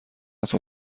است